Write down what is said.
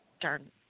Darn